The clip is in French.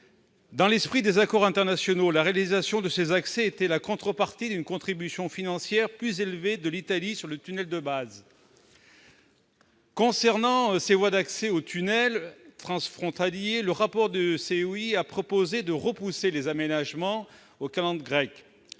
Dans l'esprit des accords internationaux, la réalisation de ces accès était la contrepartie d'une contribution financière plus élevée de l'Italie au tunnel de base. S'agissant des voies d'accès au tunnel, le rapport du COI a proposé de repousser les aménagements aux calendes grecques.